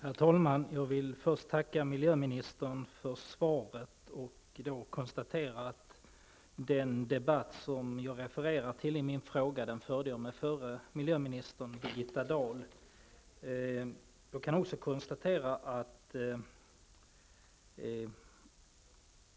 Herr talman! Jag vill tacka miljöministern för svaret. Den debatt som jag refererar till i min fråga förde jag med den förra miljöministern, Birgitta Dahl.